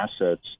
assets